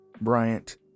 Bryant